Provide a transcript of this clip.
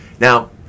Now